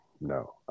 no